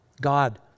God